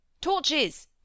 Torches